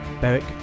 Beric